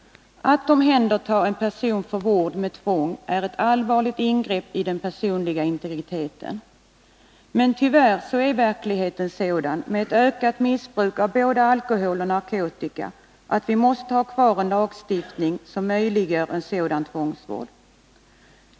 Att omhänderta en person för vård med tvång är ett allvarligt ingrepp i den personliga integriteten. Tyvärr är verkligheten sådan, med ett ökat missbruk av både alkohol och narkotika, att vi måste ha kvar en lagstiftning som möjliggör en sådan tvångsvård.